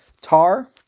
Tar